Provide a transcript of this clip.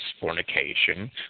fornication